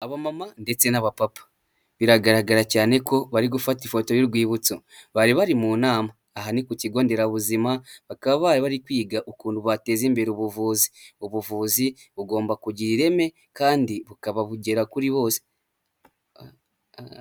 Abamama ndetse n'abapapa, biragaragara cyane ko bari gufata ifoto y'urwibutso bari bari mu nama. Aha ni ku kigo nderabuzima, bakaba bari bari kwiga ukuntu bateza imbere ubuvuzi. Ubuvuzi bugomba kugira ireme kandi bukaba bugera kuri bose.